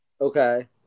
Okay